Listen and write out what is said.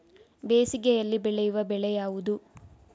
ಬೇಸಿಗೆಯಲ್ಲಿ ಬೆಳೆಯುವ ಬೆಳೆ ಯಾವುದು?